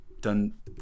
done